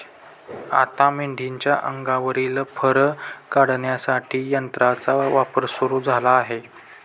आता मेंढीच्या अंगावरील फर काढण्यासाठी यंत्राचा वापर सुरू झाला आहे